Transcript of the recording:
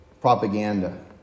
propaganda